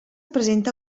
presenta